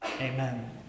amen